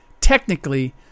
Technically